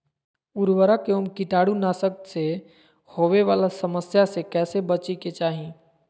उर्वरक एवं कीटाणु नाशक से होवे वाला समस्या से कैसै बची के चाहि?